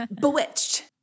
Bewitched